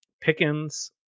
Pickens